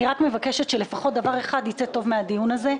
אני רק מבקשת שלפחות דבר אחד ייצא טוב מהדיון הזה,